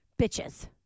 Bitches